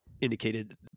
indicated